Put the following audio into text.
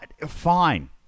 fine